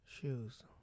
Shoes